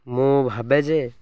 ମୁଁ ଭାବେ ଯେ